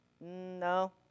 No